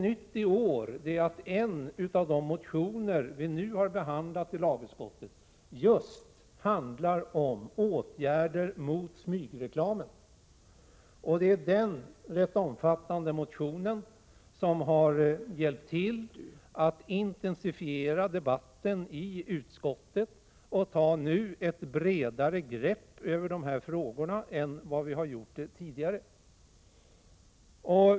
Nytt i år är att en av de motioner vi har behandlat i lagutskottet handlar om åtgärder mot smygreklamen. Den relativt omfattande motionen har bidragit till att intensifiera debatten i utskottet och till att vi nu tar ett bredare grepp om dessa frågor än vi har gjort tidigare.